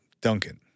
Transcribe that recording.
Duncan